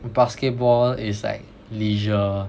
basketball is like leisure